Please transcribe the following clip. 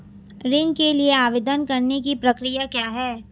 ऋण के लिए आवेदन करने की प्रक्रिया क्या है?